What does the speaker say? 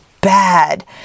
bad